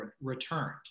returned